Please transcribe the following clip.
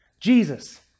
Jesus